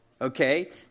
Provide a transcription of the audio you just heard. okay